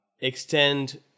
extend